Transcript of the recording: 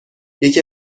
یکی